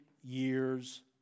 years